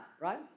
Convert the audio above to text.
right